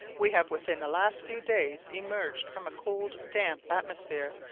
we have within the last few days emerged from a cold, damp atmosphere,